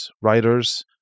writers